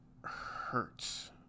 hurts